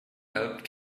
helped